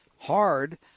hard